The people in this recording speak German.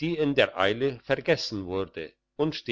die in der eile vergessen wurde und